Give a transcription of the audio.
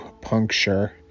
puncture